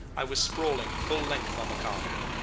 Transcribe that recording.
i was sprawling full length on the cargo.